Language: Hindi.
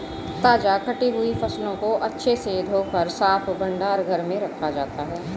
ताजा कटी हुई फसलों को अच्छे से धोकर साफ भंडार घर में रखा जाता है